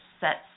sets